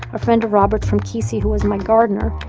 a friend of robert's from kisi, who was my gardener,